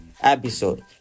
Episode